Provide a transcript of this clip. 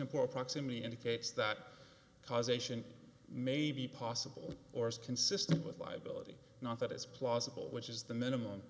import proximity indicates that causation may be possible or is consistent with liability not that it's plausible which is the minimum